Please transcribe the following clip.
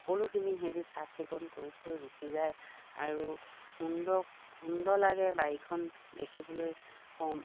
সকলোখিনি সেহেঁতি চাফ চিকুণ কৰি থৈ গুচি যায় আৰু সুন্দৰ সুন্দৰ লাগে বাৰীখন দেখিবলৈ কম